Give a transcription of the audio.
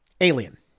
Alien